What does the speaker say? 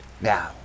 Now